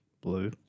Blue